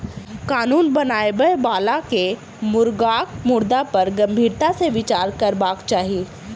कानून बनाबय बला के मुर्गाक मुद्दा पर गंभीरता सॅ विचार करबाक चाही